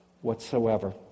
whatsoever